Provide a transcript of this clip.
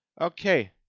Okay